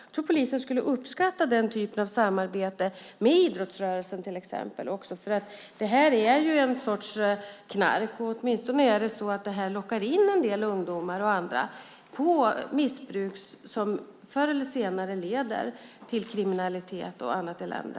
Jag tror att polisen skulle uppskatta den typen av samarbete, med idrottsrörelsen till exempel. Det här är ju en sorts knark. Åtminstone lockar det in en del ungdomar och andra på missbruk som förr eller senare leder till kriminalitet och annat elände.